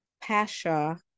Pasha